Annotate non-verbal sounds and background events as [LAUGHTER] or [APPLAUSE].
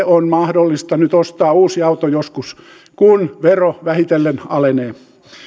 [UNINTELLIGIBLE] on mahdollista nyt ostaa uusi auto joskus kun vero vähitellen alenee